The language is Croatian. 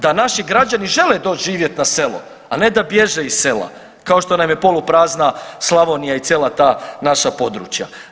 Da naši građani žele doći živjeti na selo, a ne da bježe iz sela kao što nam je poluprazna Slavonija i cijela ta naša područja.